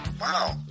Wow